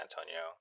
Antonio